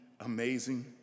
amazing